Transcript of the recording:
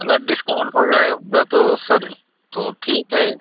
अगर डिस्काउंट हो जाएगा तो सर तो ठीक है